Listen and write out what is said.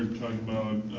um talking about